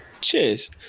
Cheers